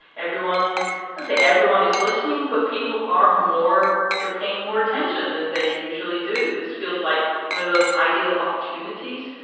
everyone, let's say everyone is listening, but people are more they're paying more attention than they usually do. this feels like one of those ideal opportunities.